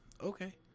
Okay